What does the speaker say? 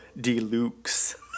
Deluxe